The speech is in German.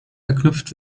verknüpft